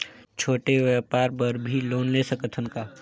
छोटे व्यापार बर भी लोन ले सकत हन का?